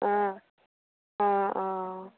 অঁ অঁ অঁ